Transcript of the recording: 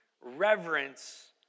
reverence